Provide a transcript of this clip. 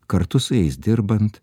kartu su jais dirbant